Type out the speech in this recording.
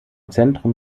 zentrum